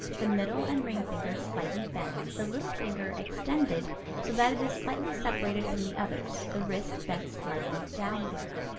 the middle and ring fingers slightly bent, the little finger extended so that it is slightly separated from the others, the wrist bent slightly downward.